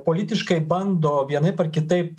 politiškai bando vienaip ar kitaip